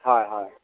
হয় হয়